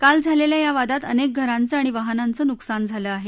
काल झालेल्या या वादात अनेक घरांच आणि वाहनांचं नुकसान झालं आहे